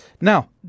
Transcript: Now